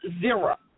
zero